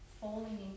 falling